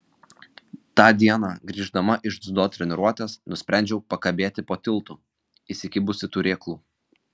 tą dieną grįždama iš dziudo treniruotės nusprendžiau pakabėti po tiltu įsikibusi turėklų